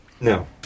No